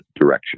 direction